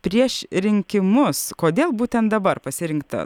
prieš rinkimus kodėl būtent dabar pasirinkta